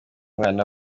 umwana